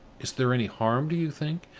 is there any harm, do you think,